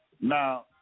Now